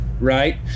right